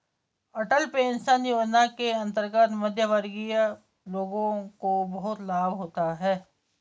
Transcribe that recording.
अटल pension Yojana के अंतर्गत मध्यमवर्गीय लोगों को बहुत लाभ होता है